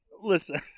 Listen